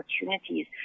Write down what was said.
opportunities